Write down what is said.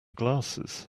glasses